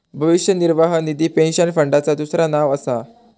भविष्य निर्वाह निधी पेन्शन फंडाचा दुसरा नाव असा